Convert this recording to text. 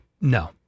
no